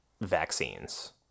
vaccines